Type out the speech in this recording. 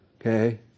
okay